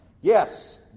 Yes